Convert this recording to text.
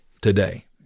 today